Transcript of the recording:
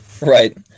Right